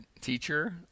teacher